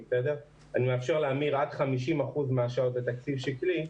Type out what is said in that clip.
- אני מאפשר להמיר עד 50 אחוזים משעות התקציב השקלי,